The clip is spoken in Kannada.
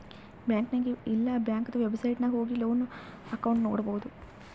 ಬ್ಯಾಂಕ್ ನಾಗ್ ಇಲ್ಲಾ ಬ್ಯಾಂಕ್ದು ವೆಬ್ಸೈಟ್ ನಾಗ್ ಹೋಗಿ ಲೋನ್ ಅಕೌಂಟ್ ನೋಡ್ಬೋದು